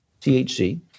THC